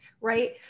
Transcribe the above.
right